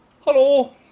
Hello